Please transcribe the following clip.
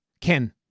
Ken